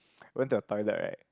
went to the toilet right